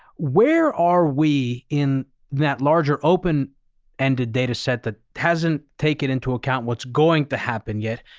where are we. in that larger open ended data set that hasn't taken into account what's going to happen yet,